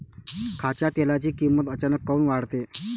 खाच्या तेलाची किमत अचानक काऊन वाढते?